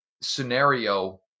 scenario